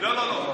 לא לא לא.